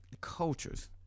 cultures